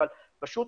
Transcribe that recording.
אבל הוא פשוט